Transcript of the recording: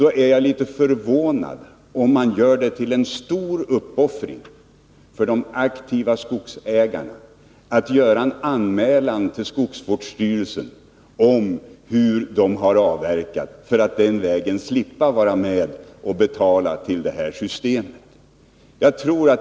Då är jag förvånad om man gör det till en stor uppoffring för de aktiva skogsägarna att göra en anmälan till skogsvårdsstyrelsen om hur de har avverkat för att därigenom slippa vara med och betala till det här systemet.